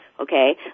okay